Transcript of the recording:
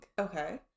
Okay